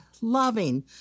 loving